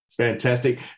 Fantastic